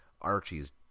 Archie's